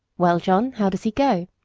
well, john, how does he go?